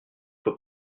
faut